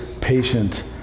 patient